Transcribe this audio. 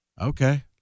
Okay